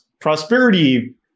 prosperity